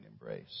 embrace